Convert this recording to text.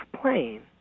plain